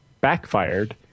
backfired